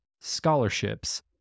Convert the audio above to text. scholarships